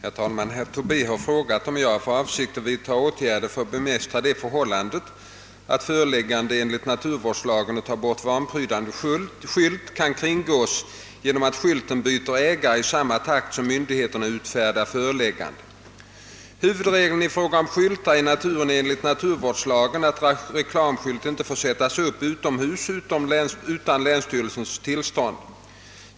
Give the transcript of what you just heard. Herr talman! Herr Tobé har frågat om jag har för avsikt att vidta åtgärder för att bemästra det förhållandet att föreläggande enligt naturvårdslagen att ta bort vanprydande skylt kan kringgås genom att skylten byter ägare i samma takt som myndigheterna utfärdar förelägganden. Huvudreglen i fråga om skyltar i naturen är enligt naturvårdslagen att reklamskylt inte får sättas upp utomhus utan länsstyrelsens tillstånd.